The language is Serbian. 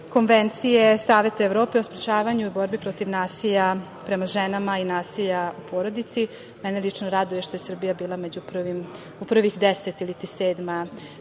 konvencije Saveta Evrope o sprečavanja borbi protiv nasilja prema ženama i nasilja u porodici. Mene lično raduje što je Srbija bila u prvih deset iliti sedma